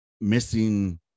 missing